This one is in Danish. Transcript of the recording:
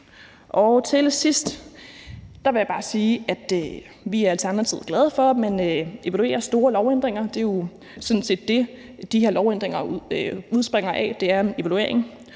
Til sidst vil jeg bare sige, at vi i Alternativet er glade for, at man evaluerer store lovændringer. Det er jo sådan set det, de her lovændringer udspringer af, altså en evaluering,